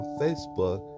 facebook